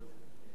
נפאע.